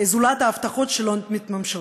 זולת הבטחות שלא מתממשות.